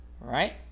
Right